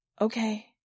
Okay